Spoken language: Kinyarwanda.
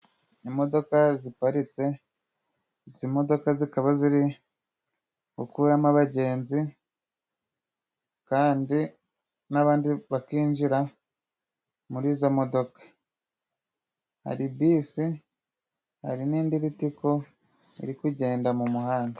Imodoka ziparitse izi modoka zikaba ziri gukuramo abagenzi ,kandi n'abandi bakinjira muri zo modoka ,Hari bisi hari n'indi ritiko iri kugenda mu muhanda.